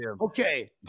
Okay